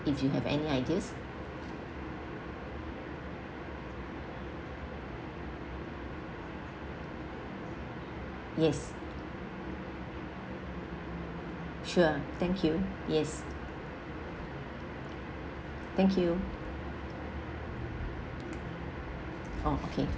if you have any ideas yes sure thank you yes thank you oh okay